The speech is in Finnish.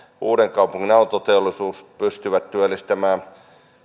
uudenkaupungin autoteollisuus pystyvät työllistämään